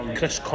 Chris